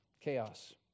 Chaos